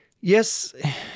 yes